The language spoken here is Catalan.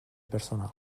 personal